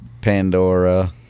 pandora